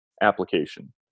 application